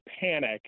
panic